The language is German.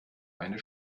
eine